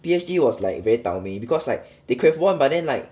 P_S_G was like very 倒霉 because like they could have won but then like